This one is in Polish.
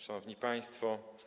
Szanowni Państwo!